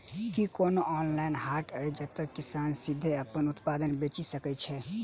की कोनो ऑनलाइन हाट अछि जतह किसान सीधे अप्पन उत्पाद बेचि सके छै?